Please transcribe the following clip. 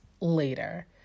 later